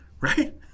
Right